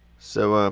so, um